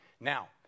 Now